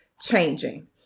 changing